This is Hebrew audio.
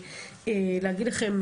אני רוצה להגיד לכם,